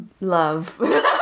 love